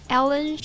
Ellen